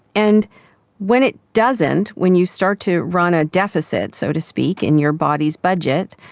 and when it doesn't, when you start to run a deficit, so to speak, in your body's budget,